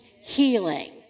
healing